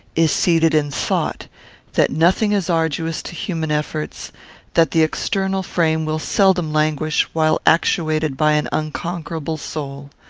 is seated in thought that nothing is arduous to human efforts that the external frame will seldom languish, while actuated by an unconquerable soul.